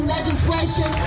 legislation